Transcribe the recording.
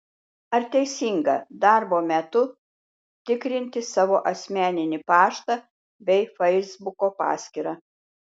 ar teisinga darbo metu tikrinti savo asmeninį paštą bei feisbuko paskyrą